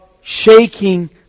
shaking